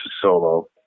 solo